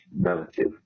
relative